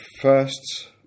first